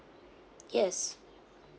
yes